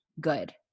good